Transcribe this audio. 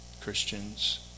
Christians